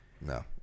No